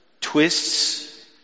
twists